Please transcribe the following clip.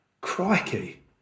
crikey